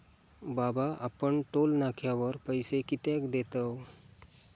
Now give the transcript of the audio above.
बाबा आपण टोक नाक्यावर पैसे कित्याक देतव?